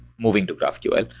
moving to graphql.